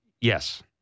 Yes